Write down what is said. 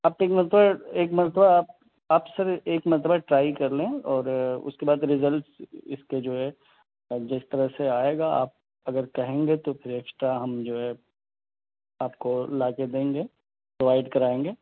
آپ ایک مرتبہ ایک مرتبہ آپ آپ سر ایک مرتبہ ٹرائی کر لیں اور اُس کے بعد رزلٹس اِس کے جو ہے جس طرح سے آئے گا آپ اگر کہیں گے تو پھر ایکسٹرا ہم جو ہے آپ کو لا کے دیں گے پرووائڈ کرائیں گے